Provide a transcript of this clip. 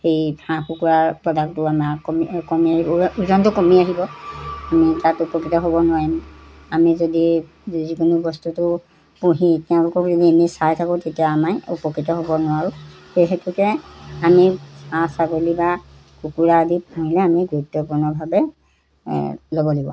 সেই হাঁহ কুকুৰাৰ প্ৰডাক্টটো আমাৰ কমি কমি ওজনটো কমি আহিব আমি তাত উপকৃত হ'ব নোৱাৰিম আমি যদি যিকোনো বস্তুটো পুহি তেওঁলোকক যদি আমি চাই থাকোঁ তেতিয়া আমাৰে উপকৃত হ'ব নোৱাৰোঁ সেই হেতুকে আমি হাঁহ ছাগলী বা কুকুৰা আদি পুহিলে আমি গুৰুত্বপূৰ্ণভাৱে ল'ব লাগিব